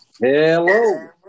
Hello